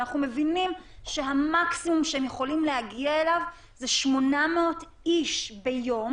ואנחנו מבינים שהמקסימום שהם יכולים להגיע אליו זה 800 איש ביום